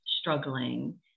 struggling